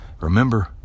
Remember